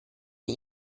die